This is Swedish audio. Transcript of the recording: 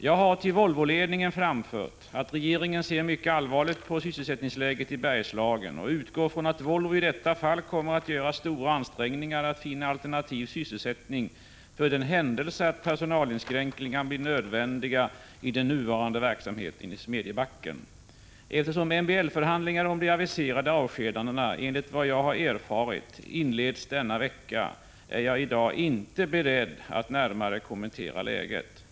Jag har till Volvoledningen framfört att regeringen ser mycket allvarligt på sysselsättningsläget i Bergslagen och utgår från att Volvo i detta fall kommer att göra stora ansträngningar att finna alternativ sysselsättning för den händelse att personalinskränkningar blir nödvändiga i den nuvarande verksamheten i Smedjebacken. Eftersom MBL-förhandlingar om de aviserade avskedandena enligt vad jag erfarit inleds denna vecka, är jag i dag inte beredd att närmare kommentera läget.